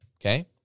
okay